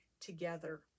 together